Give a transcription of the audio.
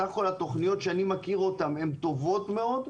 בסך הכול התכניות שאני מכיר טובות מהר,